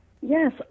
Yes